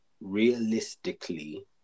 Realistically